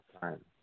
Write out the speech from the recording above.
time